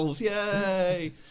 Yay